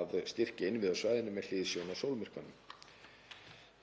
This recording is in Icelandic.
að styrkja innviði á svæðinu með hliðsjón af sólmyrkvanum.